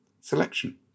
selection